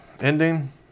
ending